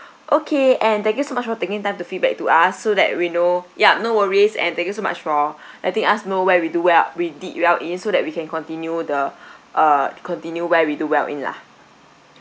okay and thank you so much for taking time to feedback to us so that we know yup no worries and thank you so much for letting us know where we do well we did well in so that we can continue the uh continue where we do well in lah